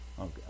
okay